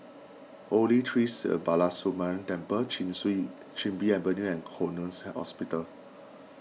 Holy Tree Sri Balasubramaniar Temple Chin Bee Avenue and Connexion Hospital